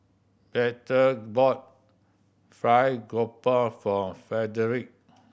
Bertha bought fried grouper for Frederick